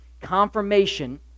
Confirmation